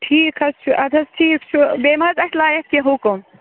ٹھیٖک حظ چھُ اَدٕ حظ ٹھیٖک چھُ بیٚیہِ ما حظ اَسہِ لایک کیٚنٛہہ حُکُم